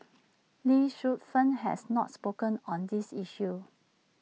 lee Suet Fern has not spoken up on this issue